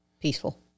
peaceful